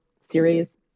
series